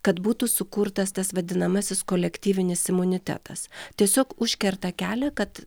kad būtų sukurtas tas vadinamasis kolektyvinis imunitetas tiesiog užkerta kelią kad